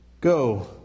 go